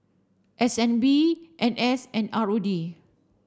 S N B N S and R O D